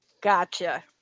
gotcha